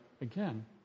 again